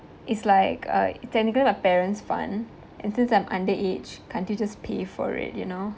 it's like uh technically my parents' fund and since I'm under age can't they just pay for it you know